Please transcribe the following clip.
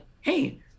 hey